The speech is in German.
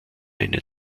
eine